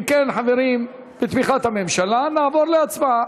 אם כן, חברים, בתמיכת הממשלה נעבור להצבעה.